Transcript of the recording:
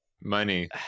Money